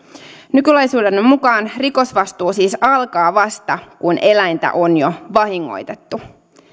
nykylainsäädännön mukaan rikosvastuu siis alkaa vasta kun eläintä on jo vahingoitettu